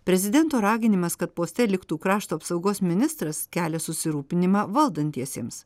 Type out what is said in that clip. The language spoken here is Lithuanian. prezidento raginimas kad poste liktų krašto apsaugos ministras kelia susirūpinimą valdantiesiems